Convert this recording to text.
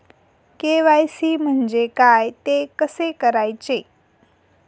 KYC म्हणजे काय? ते कसे करायचे?